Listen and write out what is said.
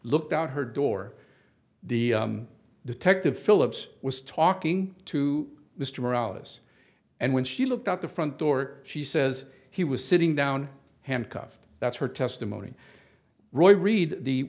looked out her door the detective phillips was talking to mr ellis and when she looked out the front door she says he was sitting down handcuffed that's her testimony roy read the